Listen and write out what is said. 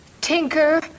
tinker